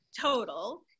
total